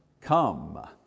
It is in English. come